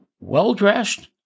well-dressed